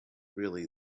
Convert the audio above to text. really